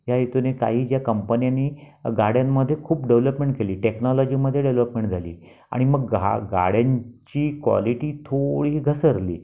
या हेतूने काही ज्या कंपन्यांनी गाड्यांमध्ये खूप डेव्हलपमेंट केली टेक्नॉलॉजीमध्ये डेव्हलपमेंट झाली आणि मग गा गाड्यांची क्वालिटी थोडी घसरली